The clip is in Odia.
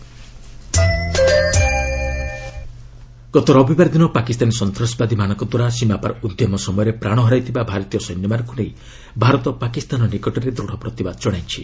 ଇଣ୍ଡିଆ ପାକ୍ ପ୍ରୋଟେଷ୍ଟ ଗତ ରବିବାର ଦିନ ପାକିସ୍ତାନୀ ସନ୍ତ୍ରାସବାଦୀମାନଙ୍କ ଦ୍ୱାରା ସୀମାପାର୍ ଉଦ୍ୟମ ସମୟରେ ପ୍ରାଣହରାଇଥିବା ଭାରତୀୟ ସୈନ୍ୟମାନଙ୍କୁ ନେଇ ଭାରତ ପାକିସ୍ତାନ ନିକଟରେ ଦୂଢ଼ ପ୍ରତିବାଦ କଣାଇଛି